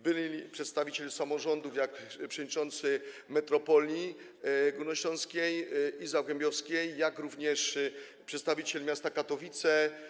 Byli przedstawiciele samorządów, przewodniczący metropolii górnośląskiej i zagłębiowskiej, jak również przedstawiciel miasta Katowice.